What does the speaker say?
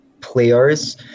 players